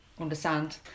understand